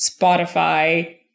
Spotify